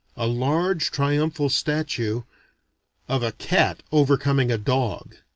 a large triumphal statue of a cat overcoming a dog.